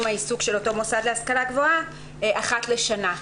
העיסוק של אותו מוסד להשכלה גבוהה אחת לשנה.